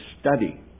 study